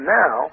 now